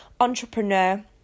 entrepreneur